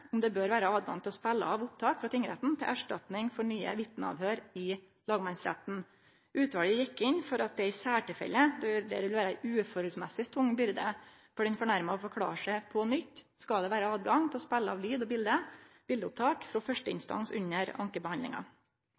bør vere adgang til å spele av opptak frå tingretten til erstatning for nye vitneavhøyr i lagmannsretten. Utvalet gjekk inn for at det i særtilfelle, der det vil vere ei etter måten for tung byrde for den fornærma å forklare seg på nytt, skal vere adgang til å spele av lyd- og biletopptak frå førsteinstans under ankebehandlinga.